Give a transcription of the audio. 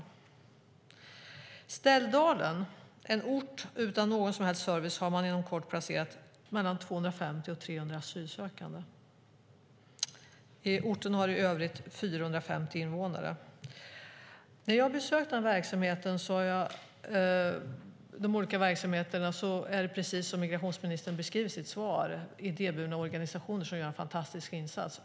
I Ställdalen, som är en ort utan någon som helst service, har man inom kort placerat 250-300 asylsökande. Orten har i övrigt 450 invånare. När jag har besökt de olika verksamheterna är det precis som migrationsministern beskriver i sitt svar. Det är idéburna organisationer som gör en fantastisk insats.